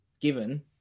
given